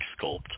sculpt